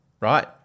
Right